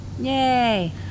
Yay